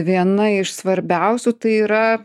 viena iš svarbiausių tai yra